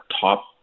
top